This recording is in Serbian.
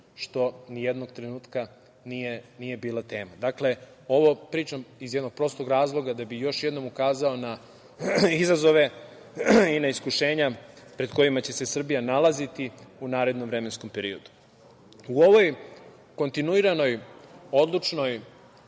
Što nijednog trenutka nije bila tema. Dakle, ovo pričam iz jednog prostog razloga da bi još jednom ukazao na izazove i na iskušenja pred kojima će Srbija nalaziti u narednom vremenskom periodu.U ovoj kontinuiranoj, odlučnoj,